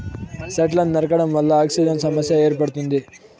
సెట్లను నరకడం వల్ల ఆక్సిజన్ సమస్య ఏర్పడుతుంది